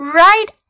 right